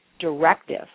directive